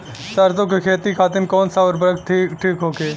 सरसो के खेती खातीन कवन सा उर्वरक थिक होखी?